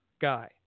guy